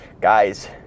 guys